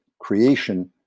creation